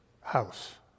house